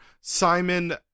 Simon